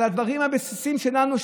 על הדברים הבסיסיים שלנו,